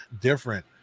different